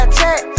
check